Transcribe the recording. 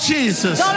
Jesus